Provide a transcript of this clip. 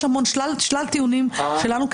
יש שלל טיעונים שלנו,